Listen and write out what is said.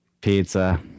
Pizza